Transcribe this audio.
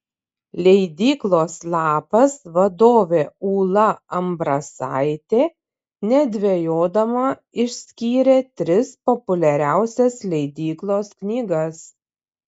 leidyklos lapas vadovė ūla ambrasaitė nedvejodama išskyrė tris populiariausias leidyklos knygas